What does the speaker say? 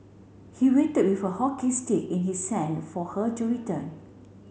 he waited with a hockey stick in his send for her to return